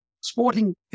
sporting